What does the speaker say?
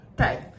okay